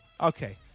Okay